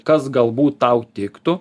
kas galbūt tau tiktų